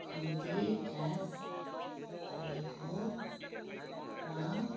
कम्ती क्लास पढेको र